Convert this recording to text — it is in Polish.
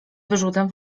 wyrzutem